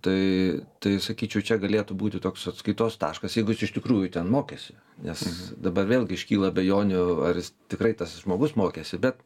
tai tai sakyčiau čia galėtų būti toks atskaitos taškas jeigu jis iš tikrųjų ten mokėsi nes dabar vėlgi iškyla abejonių ar jis tikrai tas žmogus mokėsi bet